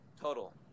total